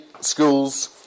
schools